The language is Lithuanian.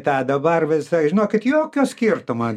tą dabar visai žinokit jokio skirtumo